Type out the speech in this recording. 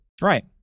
Right